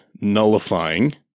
nullifying